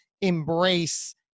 embrace